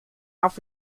auf